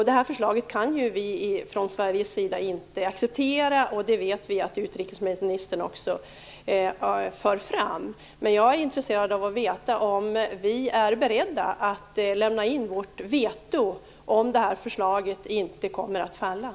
Det förslaget kan inte accepteras från svensk sida, och detta vet vi att utrikesministern också för fram. Men jag är intresserad av att få veta om Sverige är berett att lämna in sitt veto om det här förslaget inte faller.